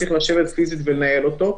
צריך לשבת פיזית ולנהל אותו,